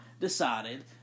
decided